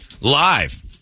Live